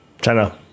China